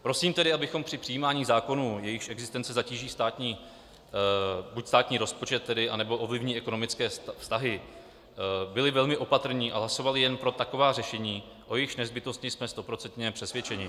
Prosím tedy, abychom při přijímání zákonů, jejichž existence zatíží buď státní rozpočet, anebo ovlivní ekonomické vztahy, byli velmi opatrní a hlasovali jen pro taková řešení, o jejichž nezbytnosti jsme stoprocentně přesvědčení.